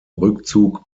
rückzug